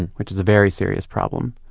and which is a very serious problem.